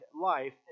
life